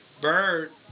Bird